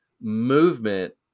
movement